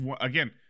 again